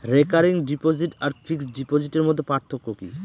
Recurring deposit আর fixed ডিপোজিটের মধ্যে পার্থক্য কি?